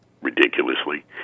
ridiculously